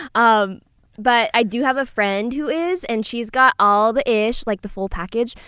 um but i do have a friend who is and she's got all the ish, like the full package,